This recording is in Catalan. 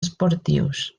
esportius